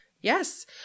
Yes